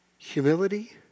Humility